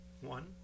One